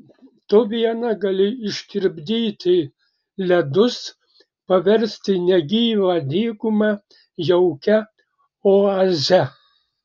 tu viena gali ištirpdyti ledus paversti negyvą dykumą jaukia oaze